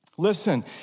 Listen